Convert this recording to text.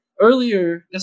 earlier